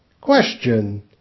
Question